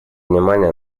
внимание